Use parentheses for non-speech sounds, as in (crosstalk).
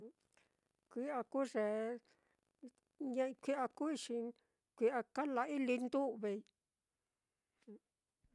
(noise) kui'a kuu ye kui'a kuui, kui'a kala'ai lindu'vei.